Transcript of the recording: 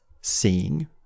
seeing